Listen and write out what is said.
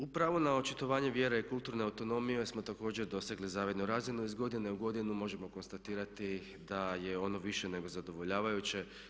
U pravu na očitovanje vjere i kulturne autonomije smo također dosegli zavidnu razinu, iz godine u godinu možemo konstatirati da je ono više nego zadovoljavajuće.